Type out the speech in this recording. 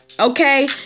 okay